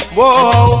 Whoa